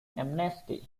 amnesty